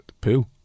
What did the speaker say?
poo